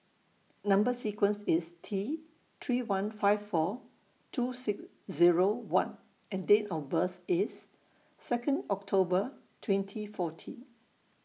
Number sequence IS T three one five four two six Zero one and Date of birth IS Second October twenty fourteen